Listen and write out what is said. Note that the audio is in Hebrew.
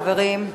חברים,